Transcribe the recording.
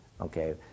Okay